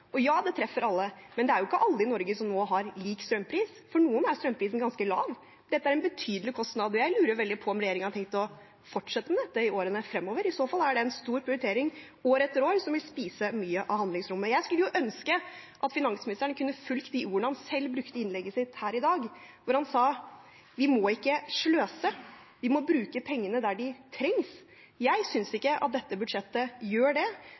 Ja, det treffer alle, men det er jo ikke alle i Norge som nå har lik strømpris. For noen er strømprisen ganske lav. Dette er en betydelig kostnad, og jeg lurer veldig på om regjeringen har tenkt å fortsette med dette i årene fremover. I så fall er det en stor prioritering, år etter år, som vil spise opp mye av handlingsrommet. Jeg skulle ønske at finansministeren kunne fulgt de ordene han selv brukte i innlegget sitt her i dag, hvor han sa at vi må ikke sløse, vi må bruke pengene der de trengs. Jeg synes ikke at dette budsjettet gjør det